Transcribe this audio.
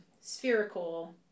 spherical